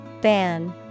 Ban